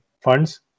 funds